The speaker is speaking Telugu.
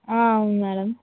అవును మ్యాడమ్